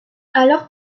alors